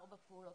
ארבע פעולות,